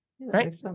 right